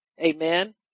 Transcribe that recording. Amen